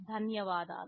ధన్యవాదాలు